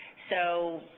so